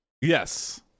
Yes